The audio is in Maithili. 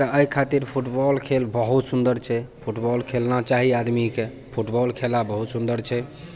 तऽ एहि खातिर फुटबॉल खेल बहुत सुन्दर छै फुटबॉल खेलना चाही आदमीके फुटबॉल खेला बहुत सुन्दर छै